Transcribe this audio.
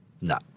No